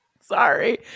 Sorry